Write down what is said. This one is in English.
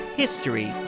history